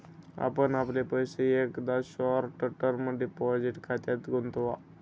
आपण आपले पैसे एकदा शॉर्ट टर्म डिपॉझिट खात्यात गुंतवा